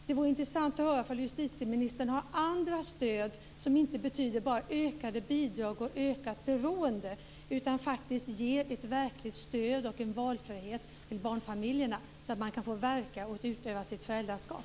Det vore intressant att höra om justitieministern har andra stöd som inte bara betyder ökade bidrag och ökat beroende, utan faktiskt ger ett verkligt stöd och valfrihet till barnfamiljerna så att man kan få utföra sitt föräldraskap.